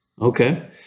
Okay